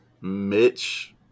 Mitch